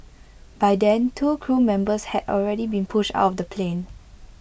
by then two crew members had already been pushed out of the plane